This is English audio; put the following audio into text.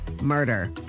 murder